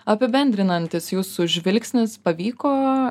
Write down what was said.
apibendrinantis jūsų žvilgsnis pavyko